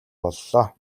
боллоо